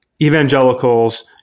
evangelicals